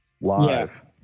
live